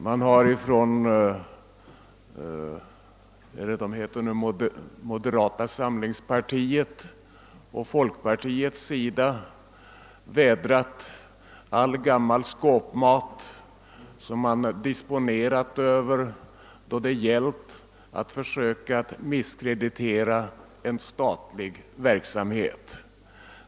Man har från moderata samlingspartiets och folkpartiets sida tagit fram all gammal skåpmat man disponerat över då det gällt att försöka misskreditera statlig verksamhet.